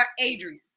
Adrian